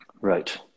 Right